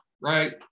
right